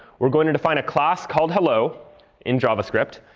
we're going to define a class called hello in javascript,